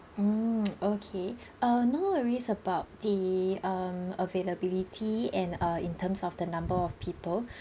mm okay uh no worries about the um availability and uh in terms of the number of people